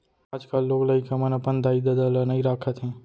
आजकाल लोग लइका मन अपन दाई ददा ल नइ राखत हें